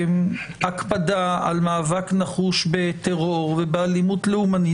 הקפדה על מאבק נחוש בטרור ובאלימות לאומנית,